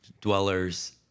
dwellers